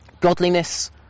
Godliness